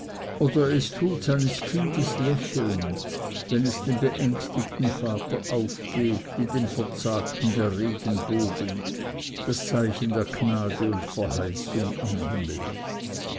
oder es tuts eines kindes lächeln wenn es dem beängstigten vater aufgeht wie dem verzagten der regenbogen das zeichen der gnade und verheißung am himmel